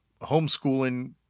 homeschooling